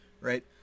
right